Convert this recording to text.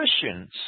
Christians